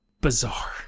Bizarre